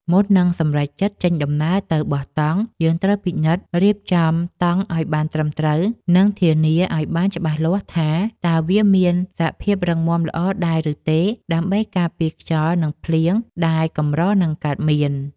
មុននឹងសម្រេចចិត្តចេញដំណើរទៅបោះតង់យើងត្រូវពិនិត្យរៀបចំតង់ឱ្យបានត្រឹមត្រូវ និង ធានាឱ្យបានច្បាស់លាស់ថាតើវាមានសភាពរឹងមាំល្អដែរឬទេដើម្បីការពារខ្យល់ និង ភ្លៀងដែលកម្រនឹងកើតមាន។